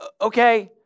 Okay